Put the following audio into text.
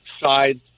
sides